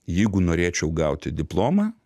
jeigu norėčiau gauti diplomą